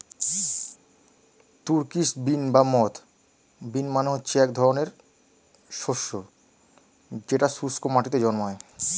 Turkish bean বা moth bean মানে হচ্ছে এক ধরনের শস্য যেটা শুস্ক মাটিতে জন্মায়